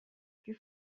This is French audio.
plus